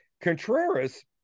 Contreras